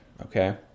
okay